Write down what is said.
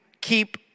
keep